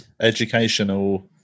educational